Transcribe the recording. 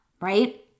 right